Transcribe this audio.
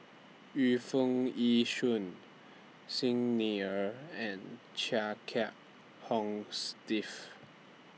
Yu Foo Yee Shoon Xi Ni Er and Chia Kiah Hong Steve